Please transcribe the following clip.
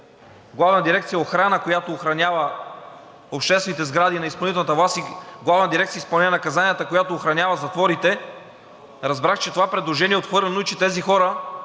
Главна дирекция „Охрана“, която охранява обществените сгради на изпълнителната власт, и Главна дирекция „Изпълнение на наказанията“, която охранява затворите, разбрах, че това предложение е отхвърлено и че тези хора